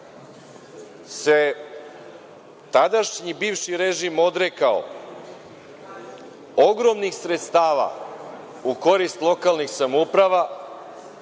već tadašnji, bivši režim odrekao ogromnih sredstava u korist lokalnih samouprava,